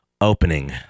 opening